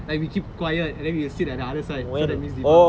like we keep quiet and then we'll sit at the other side so that miss diva